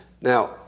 Now